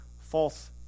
false